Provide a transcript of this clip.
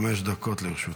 בבקשה, חמש דקות לרשותך.